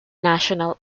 national